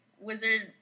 wizard